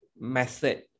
method